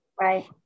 right